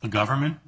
the government